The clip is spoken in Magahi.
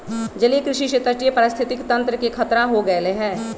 जलीय कृषि से तटीय पारिस्थितिक तंत्र के खतरा हो गैले है